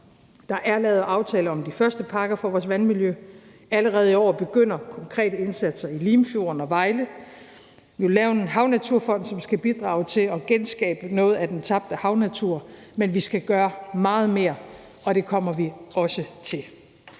Der er lavet aftaler om de første pakker for vores vandmiljø, og allerede i år begynder konkrete indsatser i Limfjorden og i Vejle. Vi vil lave en havnaturfond, som skal bidrage til at genskabe noget af den tabte havnatur, men vi skal gøre meget mere, og det kommer vi også til.